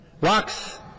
rocks